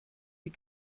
die